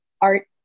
Art